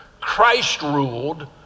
Christ-ruled